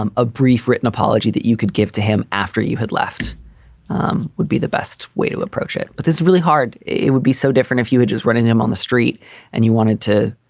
um a brief written apology that you could give to him after you had left um would be the best way to approach it. but it's really hard. it would be so different if you would just run and him on the street and you wanted to,